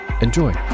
Enjoy